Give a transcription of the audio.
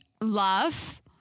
love